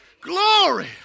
Glory